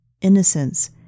Innocence